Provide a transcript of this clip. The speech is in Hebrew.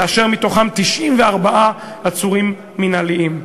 ומתוכם 94 עצורים מינהליים.